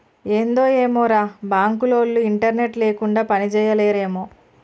ఏందో ఏమోరా, బాంకులోల్లు ఇంటర్నెట్ లేకుండ పనిజేయలేరేమో